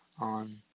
on